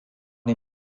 les